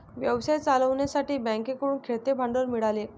व्यवसाय चालवण्यासाठी बँकेकडून खेळते भांडवल मिळाले